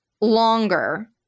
longer